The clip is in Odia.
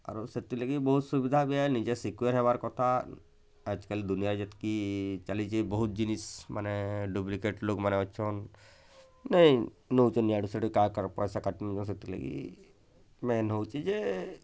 କାରଣ ସେଥିଲାଗି ବହୁତ୍ ସୁବିଧା ଏବେ ହେ ନିଜେ ସିକ୍ୟୁର୍ ହବା କଥା ଆଜି କାଲି ଦୁନିଆରେ ଯେତ୍କି ଚାଲିଛି ବହୁତ୍ ଜିନିଷ୍ମାନେ ଡୁପ୍ଲିକେଟ୍ ଲୋକମାନେ ଅଛନ୍ ନାଇ ନଉଛନ୍ତି ଇୟାଡ଼େ ସିଯାଡ଼େ କା କା ର ପଇସା କାଟି ନିଅନ୍ତି ସେଥି ଲାଗି ମେନ୍ ହଉଚି ଯେ